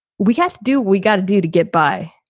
we have to do we got to do to get by,